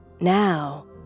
Now